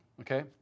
okay